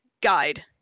guide